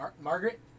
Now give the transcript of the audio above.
Margaret